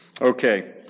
Okay